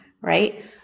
right